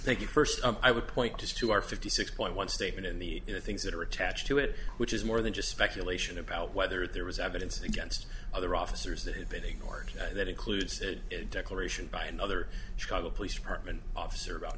thank you first i would point just to our fifty six point one statement in the things that are attached to it which is more than just speculation about whether there was evidence against other officers that had been ignored that includes a declaration by another chicago police department officer about